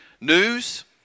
news